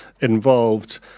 involved